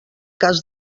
cas